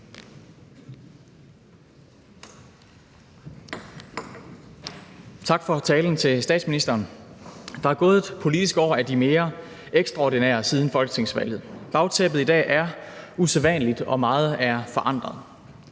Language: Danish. Tak til statsministeren for talen. Der er gået et politisk år af de mere ekstraordinære siden folketingsvalget. Bagtæppet i dag er usædvanligt, og meget er forandret.